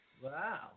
wow